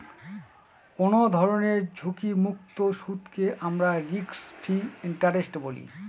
কোনো ধরনের ঝুঁকিমুক্ত সুদকে আমরা রিস্ক ফ্রি ইন্টারেস্ট বলি